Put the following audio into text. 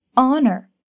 Honor